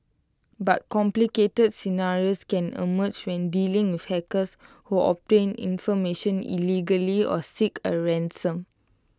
but complicated scenarios can emerge when dealing with hackers who obtain information illegally or seek A ransom